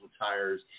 tires